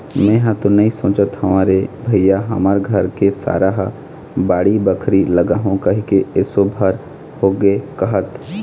मेंहा तो नइ सोचत हव रे भइया हमर घर के सारा ह बाड़ी बखरी लगाहूँ कहिके एसो भर होगे कहत